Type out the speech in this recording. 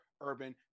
urban